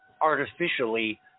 artificially